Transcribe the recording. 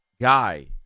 guy